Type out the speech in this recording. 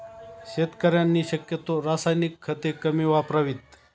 शेतकऱ्यांनी शक्यतो रासायनिक खते कमी वापरावीत